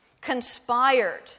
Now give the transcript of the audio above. conspired